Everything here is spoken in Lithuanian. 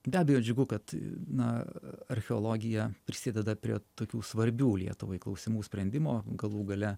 be abejo džiugu kad na archeologija prisideda prie tokių svarbių lietuvai klausimų sprendimo galų gale